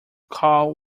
call